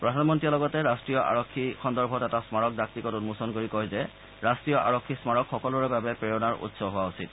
প্ৰধানমন্ত্ৰীয়ে লগতে ৰট্টীয় আৰক্ষী সন্দৰ্ভত এটা স্মাৰক ডাক টিকট উন্মোচন কৰি কয় যে ৰাষ্টীয় আৰক্ষী স্মাৰক সকলোৰে বাবে প্ৰেৰণাৰ উৎস হোৱা উচিত